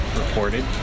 reported